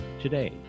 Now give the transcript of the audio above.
Today